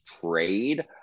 trade